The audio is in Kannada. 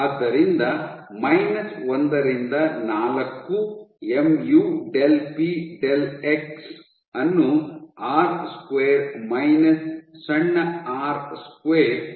ಆದ್ದರಿಂದ ಮೈನಸ್ ಒಂದರಿಂದ ನಾಲ್ಕು mu del P del X ಅನ್ನು ಆರ್ ಸ್ಕ್ವೇರ್ ಮೈನಸ್ ಸಣ್ಣ ಆರ್ ಸ್ಕ್ವೇರ್ ಆಗಿರುತ್ತದೆ